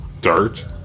Dirt